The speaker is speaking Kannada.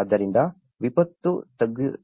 ಆದ್ದರಿಂದ ವಿಪತ್ತು